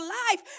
life